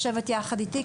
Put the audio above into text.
לשבת יחד איתי,